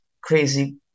crazy